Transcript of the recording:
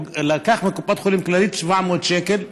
הוא לקח מקופת חולים כללית 700 שקל.